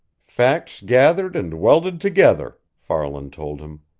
facts gathered and welded together, farland told him.